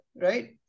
right